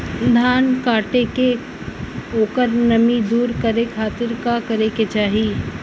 धान कांटेके ओकर नमी दूर करे खाती का करे के चाही?